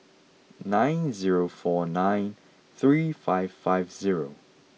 nine zero four nine three five five zero